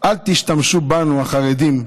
אל תשתמשו בנו, החרדים,